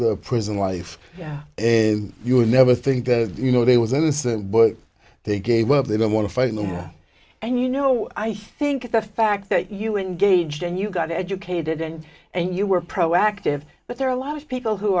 the prison life and you would never think that you know they was innocent but they gave up they don't want to fight no more and you know i think the fact that you were engaged and you got educated and and you were proactive but there are a lot of people who